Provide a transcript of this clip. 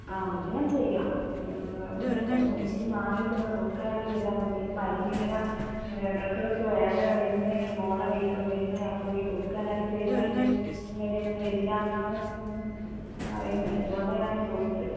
ആ അത് ഞാൻ ചെയ്യാം അത് എനിക്കിത് മാറിയിട്ട് റൂട്ട് കനാൽ ചെയ്യ്താൽ മതി ഈ പല്ല് ഇങ്ങനെ ഇടയ്ക്ക് ഇടയ്ക്ക് വേദന വരുന്നു മോണ വീക്കം വരുന്നു അപ്പോൾ ഈ റൂട്ട് കനാൽ ചെയ്താല് ഇങ്ങനെ ഒന്നും വരില്ല എന്നാണ് പറയുന്നത് അതുകൊണ്ടാണ് ഞാൻ ചോദിച്ചത്